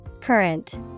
Current